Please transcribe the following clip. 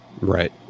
Right